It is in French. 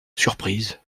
surprise